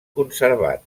conservat